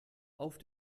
auf